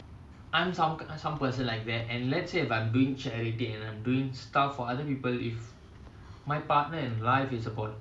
and some persons okay lah talk about inner beauty lah so I do expect a little outer beauty as well